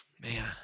man